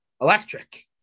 electric